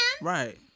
Right